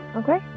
okay